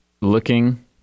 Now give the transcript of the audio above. Looking